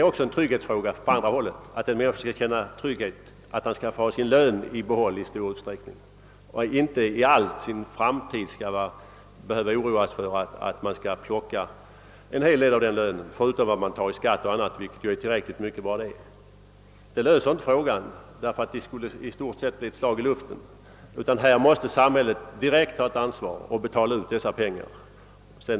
Där blir tet en trygghetsfråga åt andra hållet, nämligen att han skulle få behålla sin lön i stor utsträckning och inte för all framtid vara tvungen att oroa sig för att en hel del av den skulle plockas bort förutom vad som drages i skatt — vilket ju är mycket nog. Problemet blir inte löst med detta, utan resultatet blir bara ett slag i luften. Här måste samhället direkt ta sitt ansvar och betala ut pengarna för skadestånd.